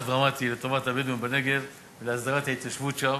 דרמטי לטובת הבדואים בנגב ולהסדרת ההתיישבות שם.